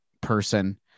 person